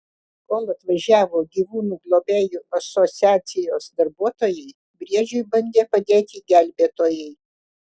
kol atvažiavo gyvūnų globėjų asociacijos darbuotojai briedžiui bandė padėti gelbėtojai